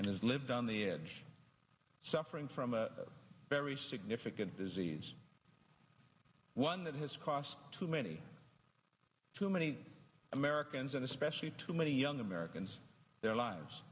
has lived on the edge suffering from a very significant disease one that has cost too many too many americans and especially too many young americans their lives